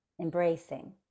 embracing